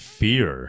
fear